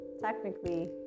technically